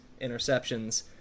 interceptions